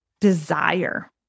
desire